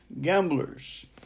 Gamblers